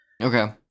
Okay